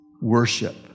worship